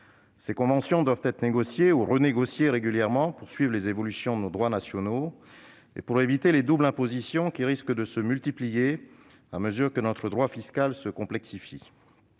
Celles-ci doivent être négociées ou renégociées régulièrement pour suivre les évolutions de nos droits nationaux et pour éviter les doubles impositions qui risquent de se multiplier à mesure que notre droit fiscal se complexifie.